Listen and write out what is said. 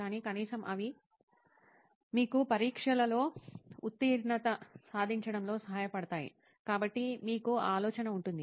కానీ కనీసం అవి మీకు పరీక్షలలో ఉత్తీర్ణత సాధించడంలో సహాయపడతాయి కాబట్టి మీకు ఆ ఆలోచన ఉంటుంది